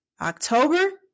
October